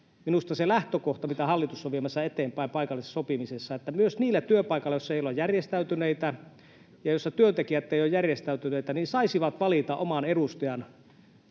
minusta se lähtökohta, mitä hallitus on viemässä eteenpäin paikallisessa sopimisessa, että myös niillä työpaikoilla, joissa ei olla järjestäytyneitä ja joissa työntekijät eivät ole järjestäytyneitä, he saisivat valita oman edustajan